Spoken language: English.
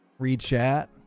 Rechat